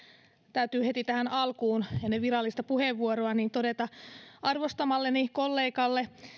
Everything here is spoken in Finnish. täytyy heti tähän alkuun ennen virallista puheenvuoroa todeta arvostamalleni kollegalle